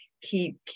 Keep